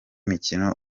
mikino